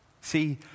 See